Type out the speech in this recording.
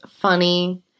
funny